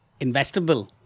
Investable